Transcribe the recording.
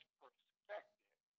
perspective